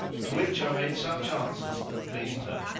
to which i made such answers that pleased her,